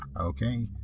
Okay